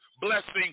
blessing